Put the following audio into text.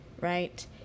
right